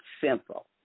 simple